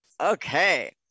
Okay